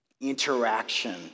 interaction